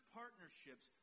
partnerships